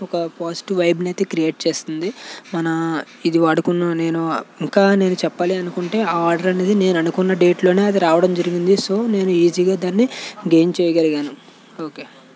ఒక పాజిటివ్ వైబ్ని అయితే క్రియేట్ చేస్తుంది మన ఇది వాడుకున్న నేను ఇంకా నేను చెప్పాలి అనుకుంటే ఆ ఆర్డర్ అనేది నేను అనుకున్న డేట్లోనే అది రావడం జరిగింది సో నేను ఈజీగా దానిని గేయిన్ చేయగలిగాను ఓకే